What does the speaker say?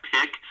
pick